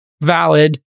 valid